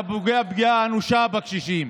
אתה פוגע פגיעה אנושה בקשישים.